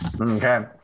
Okay